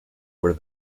were